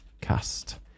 cast